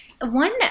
One